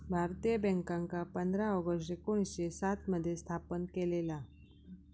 भारतीय बॅन्कांका पंधरा ऑगस्ट एकोणीसशे सात मध्ये स्थापन केलेला